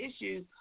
issues